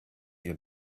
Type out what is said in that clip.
your